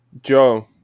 Joe